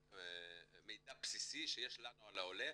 זה מידע בסיסי שיש לנו על העולה